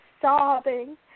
sobbing